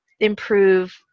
improve